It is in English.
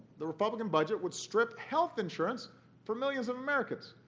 the republican budget would strip health insurance for millions of americans.